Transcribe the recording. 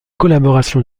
collaboration